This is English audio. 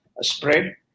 spread